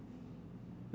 mm